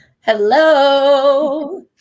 Hello